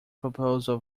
proposal